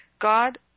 God